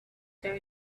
there